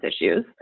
issues